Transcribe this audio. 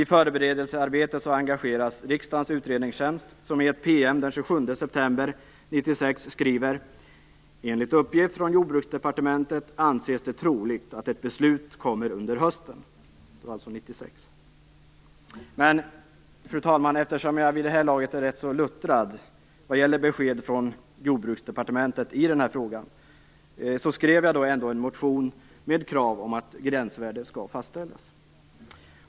I förberedelsearbetet engagerades riksdagens utredningstjänst, som i en PM den 27 september skrev att det enligt uppgift från Jordbruksdepartementet ansågs troligt att ett beslut skulle komma under hösten. Detta var alltså 1996. Men, fru talman, eftersom jag vid det här laget var rätt luttrad vad gäller besked från Jordbruksdepartementet i den här frågan skrev jag ändå en motion med krav om att gränsvärde skall fastställas.